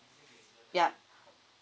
yup